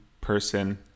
person